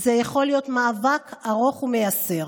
זה יכול להיות מאבק ארוך ומייסר,